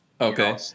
Okay